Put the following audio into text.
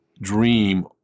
dream